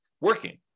working